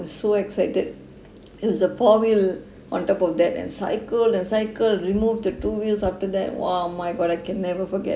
was so excited it was a four wheel on top of that and cycle and cycle removed the two wheels after that !wow! my god I can never forget